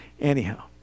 Anyhow